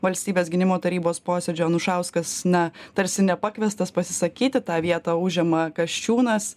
valstybės gynimo tarybos posėdžio anušauskas na tarsi nepakviestas pasisakyti tą vietą užima kasčiūnas